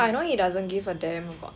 but I know he doesn't give a damn about